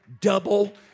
double